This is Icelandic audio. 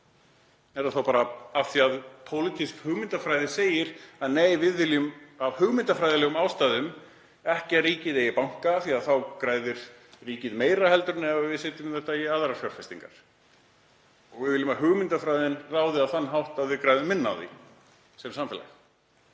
Er það bara af því að pólitísk hugmyndafræði segir: Nei, við viljum af hugmyndafræðilegum ástæðum ekki að ríkið eigi banka því að þá græðir ríkið meira heldur en ef við setjum þetta í aðrar fjárfestingar. Við viljum að hugmyndafræðin ráði á þann hátt að við græðum minna á því sem samfélag.